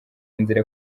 inzira